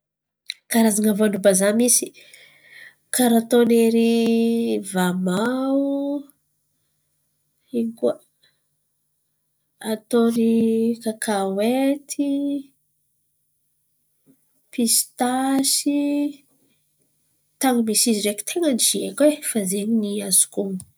Karazan̈a voandrom-bazaha misy! Karà ataon’ny ierỳ vamoha. Ino koa? Ataony kakaoety, pisitasy. Tan̈y misy izy ndraiky tain̈a ny tsy haiko e fa zen̈y ny azoko on̈ono.